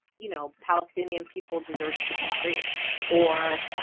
you know palestinian people deserve to be free or